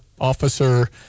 officer